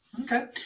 Okay